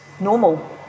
normal